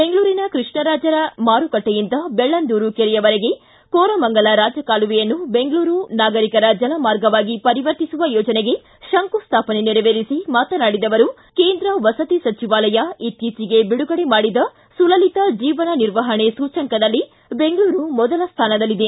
ಬೆಂಗಳೂರಿನ ಕೃಷ್ಣರಾಜ ಮಾರುಕಟ್ಟೆಯಿಂದ ಬೆಳ್ಳಂದೂರು ಕೆರೆಯವರೆಗೆ ಕೋರಮಂಗಲ ರಾಜಕಾಲುವೆಯನ್ನು ಬೆಂಗಳೂರು ನಾಗರಿಕರ ಜಲಮಾರ್ಗವಾಗಿ ಪರಿವರ್ತಿಸುವ ಯೋಜನೆಗೆ ಶಂಕುಸ್ವಾಪನೆ ನೆರವೇರಿಸಿ ಮಾತನಾಡಿದ ಅವರು ಕೇಂದ್ರ ವಸತಿ ಸಚಿವಾಲಯ ಇತ್ತೀಚೆಗೆ ಬಿಡುಗಡೆ ಮಾಡಿದ ಸುಲಲಿತ ಜೀವನ ನಿರ್ವಹಣೆ ಸೂಚ್ಚಂಕದಲ್ಲಿ ಬೆಂಗಳೂರು ಮೊದಲ ಸ್ಥಾನದಲ್ಲಿದೆ